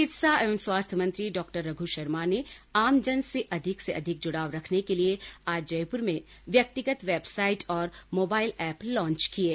चिकित्सा एवं स्वास्थ्य मंत्री डा रघू शर्मा ने आमजन से अधिक से अधिक जुड़ाव रखने के लिए आज जयपुर में व्यक्तिगत वेबसाइट और मोबाइल ऐप लॉन्च किये